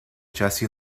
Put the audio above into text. jesse